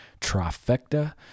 trifecta